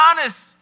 honest